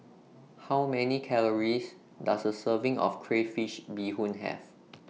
How Many Calories Does A Serving of Crayfish Beehoon Have